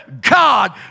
God